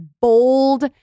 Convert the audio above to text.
bold